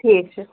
ٹھیٖک چھُ